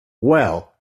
well